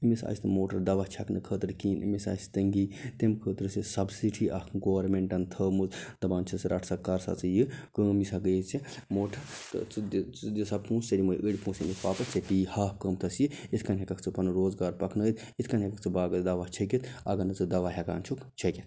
أمس آسہ نہٕ موٹر دوا چھَکنہٕ خٲطرٕ کِہیٖنۍ أمس آسہِ تنٛگی تَمہِ خٲطرٕ چھ سبسڈی اکھ گورمنٹَن تھٲومٕژ دَپان چھِس رٹھ سا کر سا ژٕ یہِ کٲم یہِ ہَسا گٔیی ژےٚ موٹر تہٕ ژٕ دِ ژٕ دِ سا پونٛسہٕ ژےٚ دمہوے أڑۍ پونٛسہٕ اَمہِ مَنٛز واپَس ژےٚ پیٚیی ہاف قۭمتَس یہِ یِتھ کٔنۍ ہیٚکَکھ ژٕ پَنن روزگار پَکنٲیِتھ یِتھ کٔنۍ ہیٚکَکھ ژٕ باغَس دوا چھیٚکِتھ اگر نہٕ ژٕ دوا ہیٚکان چھُکھ چھیٚکِتھ